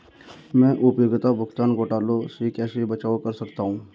मैं उपयोगिता भुगतान घोटालों से कैसे बचाव कर सकता हूँ?